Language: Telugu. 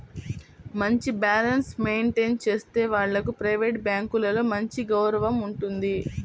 మంచి బ్యాలెన్స్ మెయింటేన్ చేసే వాళ్లకు ప్రైవేట్ బ్యాంకులలో మంచి గౌరవం ఉంటుంది